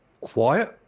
quiet